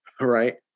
right